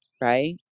right